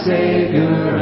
Savior